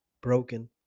broken